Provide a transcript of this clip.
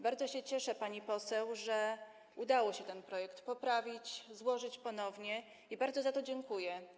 Bardzo się cieszę, pani poseł, że udało się ten projekt poprawić, złożyć ponownie, i bardzo za to dziękuję.